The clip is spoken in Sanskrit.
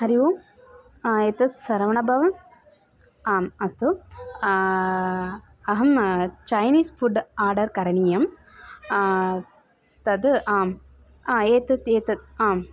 हरिः ओम् एतत् सरवणभवनम् आम् अस्तु अहं चैनीस् फ़ुड् आर्डर् करणीयम् तद् आम् एतत् एतत् आम्